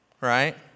right